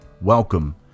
Welcome